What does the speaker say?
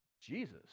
Jesus